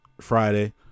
Friday